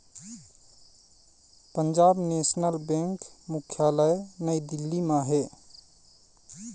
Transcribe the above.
Punjab national bank मुख्यालय नई दिल्ली म हे